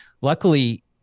Luckily